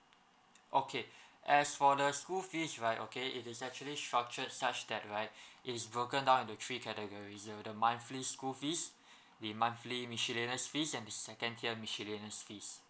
okay as for the school fees right okay it is actually structured such that right is broken down into three categories the the monthly school fees the monthly miscellaneous fees and the second tier miscellaneous fees